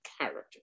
character